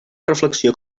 reflexió